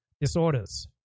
disorders